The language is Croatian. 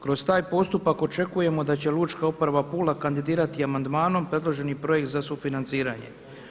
Kroz taj postupak očekujemo da će Lučka uprava Pula kandidirati amandmanom predloženi projekt za sufinanciranje.